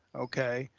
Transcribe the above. okay.